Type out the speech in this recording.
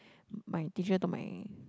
my teacher told my